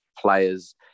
players